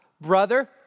Brother